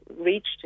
reached